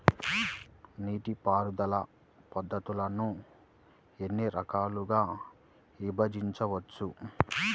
నీటిపారుదల పద్ధతులను ఎన్ని రకాలుగా విభజించవచ్చు?